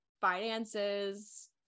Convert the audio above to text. finances